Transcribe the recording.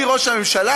אני ראש הממשלה,